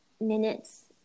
minutes